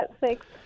Thanks